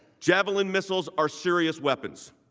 jablon missiles are serious weapons.